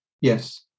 yes